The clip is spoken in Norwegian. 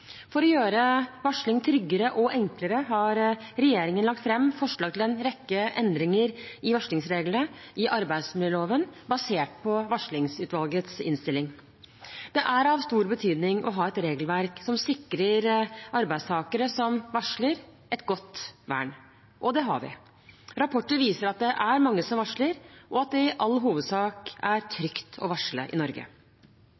For å gjøre varsling tryggere og enklere har regjeringen lagt fram forslag til en rekke endringer i varslingsreglene i arbeidsmiljøloven, basert på varslingsutvalgets innstilling. Det er av stor betydning å ha et regelverk som sikrer arbeidstakere som varsler, et godt vern. Og det har vi. Rapporter viser at det er mange som varsler, og at det i all hovedsak er